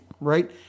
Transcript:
right